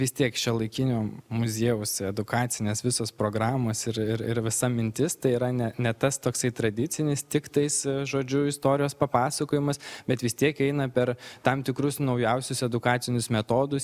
vis tiek šiuolaikinio muziejaus edukacinės visos programos ir ir ir visa mintis tai yra ne ne tas toksai tradicinis tiktais žodžiu istorijos papasakojimas bet vis tiek eina per tam tikrus naujausius edukacinius metodus